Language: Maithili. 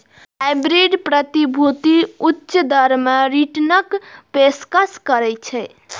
हाइब्रिड प्रतिभूति उच्च दर मे रिटर्नक पेशकश करै छै